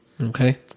Okay